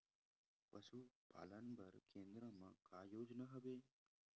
पशुपालन बर केन्द्र म का योजना हवे?